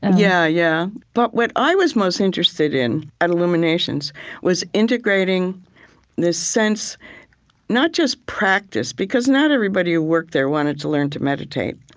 yeah yeah. but what i was most interested in at illuminations was integrating this sense not just practice because not everybody who worked there wanted to learn to meditate.